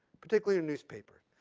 particularly your newspaper.